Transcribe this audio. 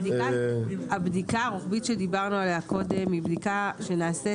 הבדיקה הרוחבית שדיברנו עליה קודם נעשית